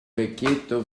vecchietto